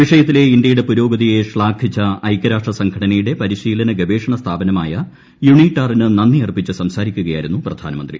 വിഷയത്തിലെ ഇന്ത്യയുടെ പുരോഗതിയെ ശ്ലാഘിച്ച ഐക്യരാഷ്ട്ര സംഘടനയുടെ പരിശീലന ഗവേഷണ സ്ഥാപനമായ യുണിടാറിന് നന്ദി അർപ്പിച്ച് സംസാരിക്കുകയായിരുന്നു പ്രധാനമന്ത്രി